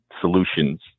solutions